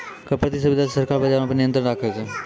कर प्रतिस्पर्धा से सरकार बजारो पे नियंत्रण राखै छै